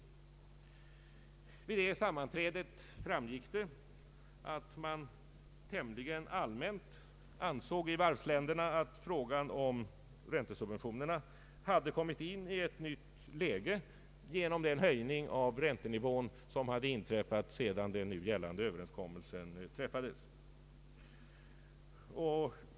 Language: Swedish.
Vid det sammanträdet framkom det att man i varvsländerna tämligen allmänt ansåg att frågan om räntesubventionerna hade kommit in i ett nytt läge genom den höjning av räntenivån som hade skett sedan den nu gällande överenskommelsen träffades.